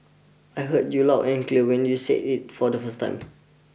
I heard you loud and clear when you said it for the first time